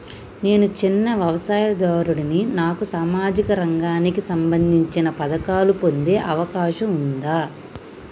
నేను చిన్న వ్యవసాయదారుడిని నాకు సామాజిక రంగానికి సంబంధించిన పథకాలు పొందే అవకాశం ఉందా?